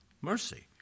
Mercy